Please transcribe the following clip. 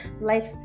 life